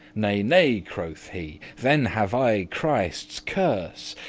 nay, nay, quoth he, then have i christe's curse!